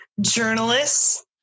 Journalists